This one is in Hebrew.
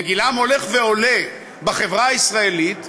וגילם הולך ועולה בחברה הישראלית,